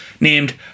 named